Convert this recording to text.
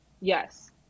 yes